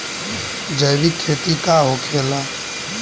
जैविक खेती का होखेला?